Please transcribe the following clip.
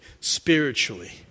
spiritually